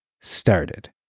started